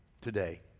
today